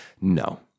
No